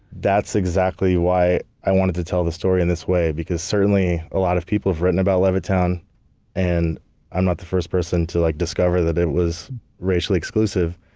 that's exactly why i wanted to tell the story in this way, because certainly a lot of people have written about levittown and i'm not the first person to like discover that it was racially exclusive.